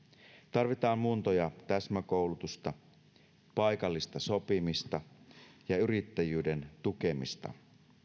tarvitaan muunto ja täsmäkoulutusta paikallista sopimista ja yrittäjyyden tukemista